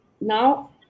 Now